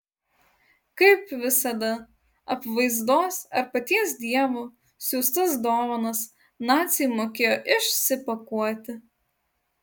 kaip visada apvaizdos ar paties dievo siųstas dovanas naciai mokėjo išsipakuoti